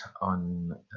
on